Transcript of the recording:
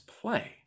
play